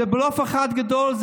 זה בלוף אחד גדול.